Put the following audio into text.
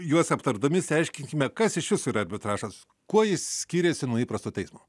juos aptardami išsiaiškinkime kas iš viso yra arbitražas kuo jis skiriasi nuo įprasto teismo